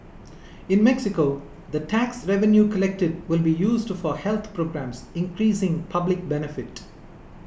in Mexico the tax revenue collected will be used for health programmes increasing public benefit